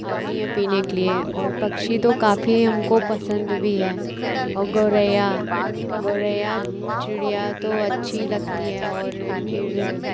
आती हैं पीने के लिए और पक्षी तो काफी हमको पसंद भी है औ गौरैया गौरैया चिड़िया तो अच्छी लगती है और फिर